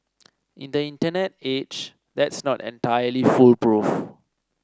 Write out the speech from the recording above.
in the Internet age that's not entirely foolproof